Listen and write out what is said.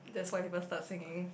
that's why people start singing